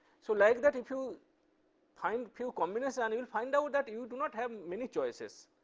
so like that if you find few combination, you will find out that you do not have many choices,